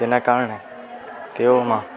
તેનાં કારણે તેઓમાં